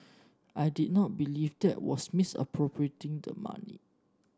I did not believe that was misappropriating the money